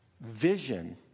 vision